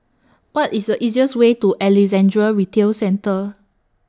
What IS The easiest Way to Alexandra Retail Centre